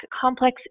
complex